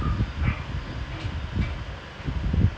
and you can W_F_H what is that